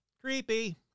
Creepy